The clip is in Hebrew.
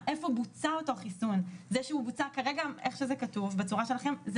למי שקיבל שתי מנות חיסון בישראל לפי פרוטוקול החיסון המאושר.